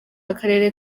akarere